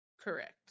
Correct